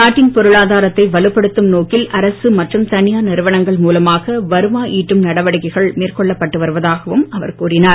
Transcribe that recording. நாட்டின் பொருளாதாரத்தை வலுப்படுத்தும் நோக்கில் அரசு மற்றும் தனியார் நிறுவனங்கள் மூலமாக வருவாய் ஈட்டும் நடவடிக்கைகள் மேற்கொள்ளப்பட்டு வருவதாகவும் அவர் கூறினார்